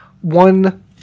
one